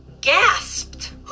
gasped